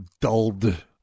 dulled